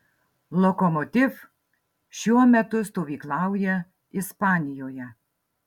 lokomotiv šiuo metu stovyklauja ispanijoje